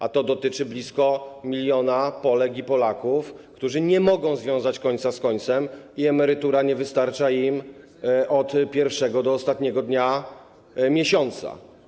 A to dotyczy blisko 1 mln Polek i Polaków, którzy nie mogą związać końca z końcem, i emerytura nie wystarcza im od pierwszego do ostatniego dnia miesiąca.